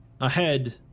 Ahead